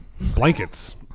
blankets